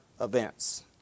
events